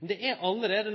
Men det er allereie